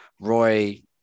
Roy